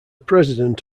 president